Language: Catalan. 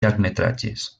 llargmetratges